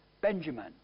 Benjamin